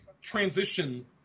transition